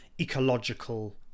ecological